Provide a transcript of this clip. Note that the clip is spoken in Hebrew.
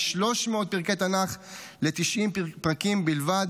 מ-300 פרקי תנ"ך ל-90 פרקים בלבד,